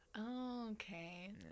Okay